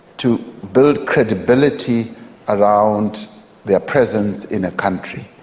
to build credibility around the presence in a country,